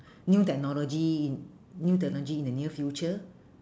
new technology new technology in the near future